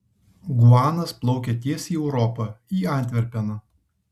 guanas plaukia tiesiai į europą į antverpeną